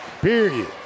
Period